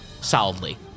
solidly